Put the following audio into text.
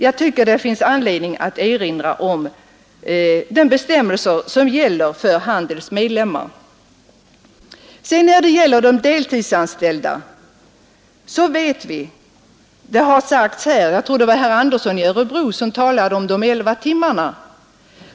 Jag tycker därför det finns anledning att erinra om de bestämmelser som gäller för Handelsanställdas förbunds medlemmar. Beträffande de deltidsanställda så framhöll herr Andersson i Örebro att de sysselsattes i allmänhet elva timmar i veckan.